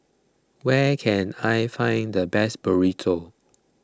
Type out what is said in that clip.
where can I find the best Burrito